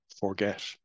Forget